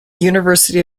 university